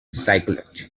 psychology